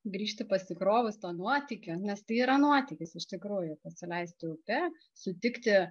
grįžti pasikrovus to nuotykio nes tai yra nuotykis iš tikrųjų pasileisti upe sutikti